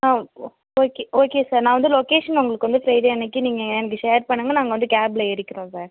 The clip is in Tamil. ஓகே ஓகே சார் நான் வந்து லொக்கேஷன் உங்களுக்கு வந்து பிரைடே அன்னிக்கி நீங்கள் எனக்கு ஷேர் பண்ணுங்க நாங்கள் வந்து கேப்பில் ஏறிக்கிறோம் சார்